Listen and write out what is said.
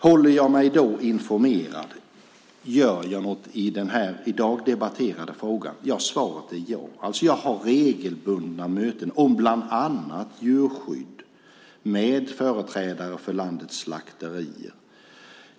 Håller jag mig då informerad? Gör jag något i den i dag debatterade frågan? Svaret är ja. Jag har regelbundna möten med företrädare för landets slakterier om bland annat djurskydd.